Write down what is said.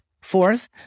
Fourth